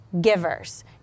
givers